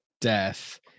death